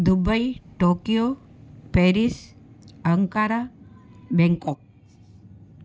Dubai Tokyo Paris Ankara Bangkok